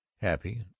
happy